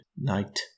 night